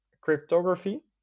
cryptography